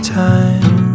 time